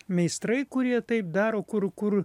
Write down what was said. meistrai kurie taip daro kur kur